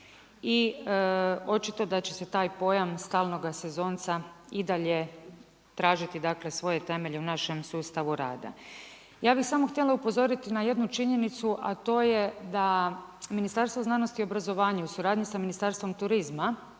i očito da će se taj pojam stalnoga sezonca i dalje tražiti svoje temelje u našem sustavu rada. Ja bih samo htjela upozoriti na jednu činjenicu, a to je da Ministarstvo znanosti i obrazovanja u suradnji sa Ministarstvom turizma,